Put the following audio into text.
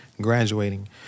graduating